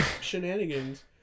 shenanigans